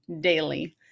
daily